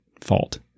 fault